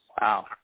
Wow